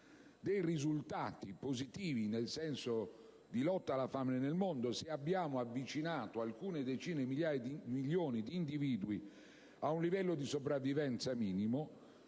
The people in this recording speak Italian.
dei risultati positivi nella lotta alla fame nel mondo e abbiamo avvicinato alcune decine di milioni di individui a un livello di sopravvivenza minimo,